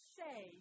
say